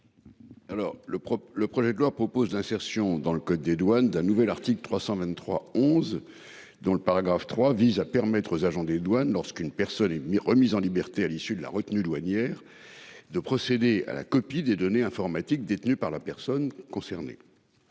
le projet de loi propose d'insertion dans le code des douanes d'un nouvel article 323 11. Dont le paragraphe 3, vise à permettre aux agents des douanes lorsqu'une personne et demie remise en liberté à l'issue de la retenue douanière de procéder à la copie des données informatiques détenu par la personne concernée.